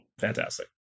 fantastic